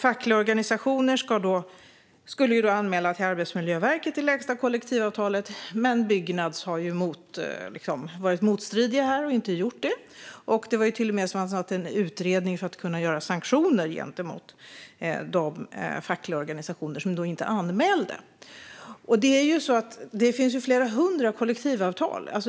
Fackliga organisationer skulle då anmäla till Arbetsmiljöverket kollektivavtalsvillkor med den lägsta nivån, men Byggnads har varit motstridigt här och inte gjort det. Det tillsattes till och med en utredning för att kunna föreslå sanktioner gentemot de fackliga organisationer som inte gjorde en anmälan. Det finns flera hundra kollektivavtal.